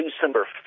December